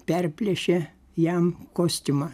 perplėšė jam kostiumą